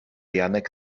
janek